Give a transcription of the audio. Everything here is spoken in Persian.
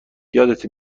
یادته